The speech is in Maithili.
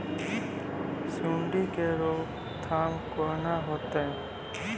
सुंडी के रोकथाम केना होतै?